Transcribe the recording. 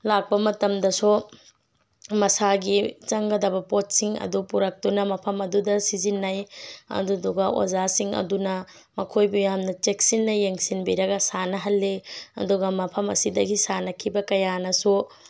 ꯂꯥꯛꯄ ꯃꯇꯝꯗꯁꯨ ꯃꯁꯥꯒꯤ ꯆꯪꯒꯗꯕ ꯄꯣꯠꯁꯤꯡ ꯑꯗꯨ ꯄꯨꯔꯛꯇꯨꯅ ꯃꯐꯝ ꯑꯗꯨꯗ ꯁꯤꯖꯤꯟꯅꯩ ꯑꯗꯨꯗꯨꯒ ꯑꯣꯖꯥ ꯁꯤꯡ ꯑꯗꯨꯅ ꯃꯈꯣꯏꯕꯨ ꯌꯥꯝꯅ ꯆꯦꯛꯁꯤꯟꯅ ꯌꯦꯡꯁꯤꯟꯕꯤꯔꯒ ꯁꯥꯟꯅꯍꯜꯂꯤ ꯑꯗꯨꯒ ꯃꯐꯝ ꯑꯁꯤꯗꯒꯤ ꯁꯥꯟꯅꯈꯤꯕ ꯀꯌꯥꯅꯁꯨ